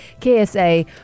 KSA